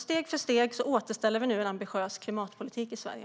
Steg för steg återställer vi nu en ambitiös klimatpolitik i Sverige.